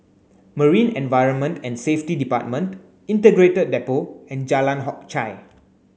Marine Environment and Safety Department Integrated Depot and Jalan Hock Chye